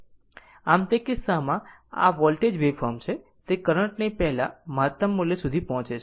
આમ તે કિસ્સામાં આ વોલ્ટેજ વેવફોર્મ છે તે કરંટ ની પહેલા મહતમ મૂલ્ય સુધી પહોંચે છે